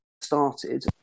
started